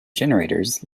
generators